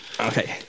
Okay